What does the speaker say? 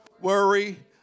worry